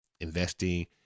investing